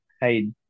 hey